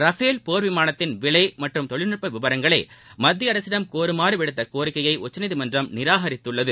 Rafale போர் விமானத்தின் விலை மற்றும் தொழில்நுட்ப விவரங்களை மத்திய அரசிடம் கோருமாறு விடுத்த கோரிக்கையை உச்சநீதிமன்றம் நிராகரித்துள்ளது